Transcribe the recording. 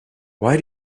why